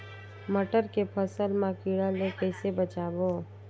मटर के फसल मा कीड़ा ले कइसे बचाबो?